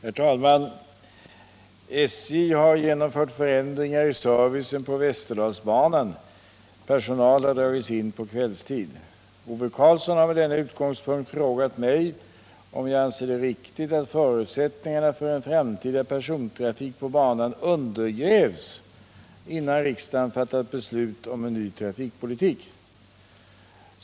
Herr talman! SJ har genomfört förändringar i servicen på Västerdalsbanan; personal har dragits in på kvällstid. Ove Karlsson har med denna utgångspunkt frågat mig om jag anser det riktigt att förutsättningarna för en framtida persontrafik på banan undergrävs innan riksdagen fattat beslut om en ny trafikpolitik.